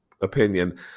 opinion